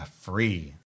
free